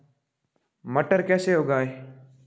मटर कैसे उगाएं?